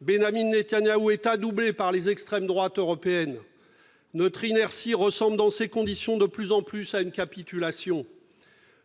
Benyamin Netanyahou est adoubé par les extrêmes droites européennes. Notre inertie ressemble de plus en plus à une capitulation. Il faut conclure !